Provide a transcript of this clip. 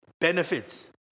benefits